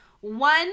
One